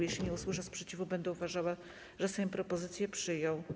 Jeśli nie usłyszę sprzeciwu, będę uważała, że Sejm propozycje przyjął.